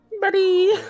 Buddy